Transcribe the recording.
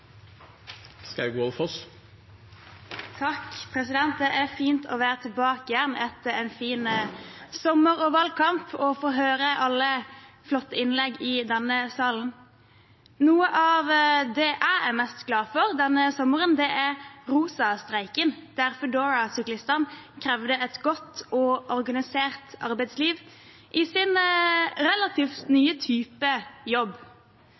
fint å være tilbake etter en fin sommer og valgkamp og få høre alle de flotte innleggene i denne salen. Noe av det jeg er mest glad for denne sommeren, er rosastreiken, der Foodora-syklistene krevde et godt og organisert arbeidsliv i sin relativt nye type jobb.